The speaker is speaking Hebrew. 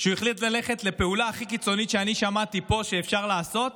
שהוא החליט ללכת לפעולה הכי קיצונית שאני שמעתי פה שאפשר לעשות,